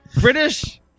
British